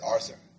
Arthur